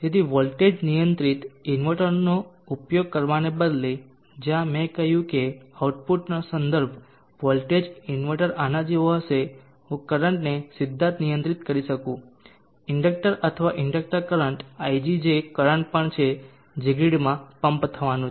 તેથી વોલ્ટેજ નિયંત્રિત ઇન્વર્ટરનો ઉપયોગ કરવાને બદલે જ્યાં મેં કહ્યું કે આઉટપુટનો સંદર્ભ વોલ્ટેજ ઇનવર્ટર આના જેવો હશે હું કરંટને સીધા જ નિયંત્રિત કરી શકું ઇન્ડક્ટર અથવા ઇન્ડેક્ટર કરંટ ig જે કરંટ પણ છે જે ગ્રીડ માં પમ્પ થવાનું છે